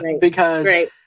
because-